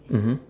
mmhmm